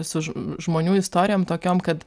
su žmonių istorijom tokiom kad